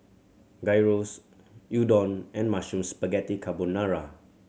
Gyros Udon and Mushroom Spaghetti Carbonara